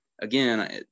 again